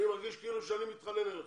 אני מרגיש כאילו אני מתחנן אליכם.